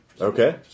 Okay